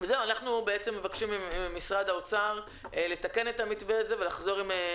אנחנו מבקשים ממשרד האוצר לתקן את המתווה הזה ולחזור עם מתווה מתוקן.